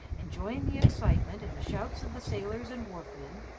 enjoying the excitement and the shouts of the sailors and wharf men,